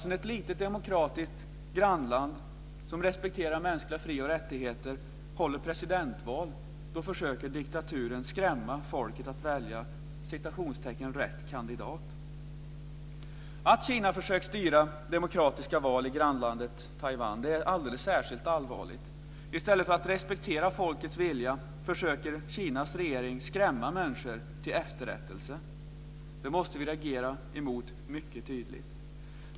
När ett litet demokratiska grannland som respekterar mänskliga frioch rättigheter håller presidentval försöker diktaturen skrämma folket att välja "rätt kandidat". Att Kina försökt styra demokratiska val i grannlandet Taiwan är alldeles särskilt allvarligt. I stället för att respektera folkets vilja försöker Kinas regering skrämma människor till efterrättelse. Det måste vi reagera emot mycket tydligt.